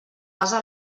basa